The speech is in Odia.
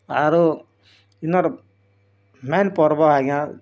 ଆର୍ ଦିନର ମେନ୍ ପର୍ବ ଆଜ୍ଞା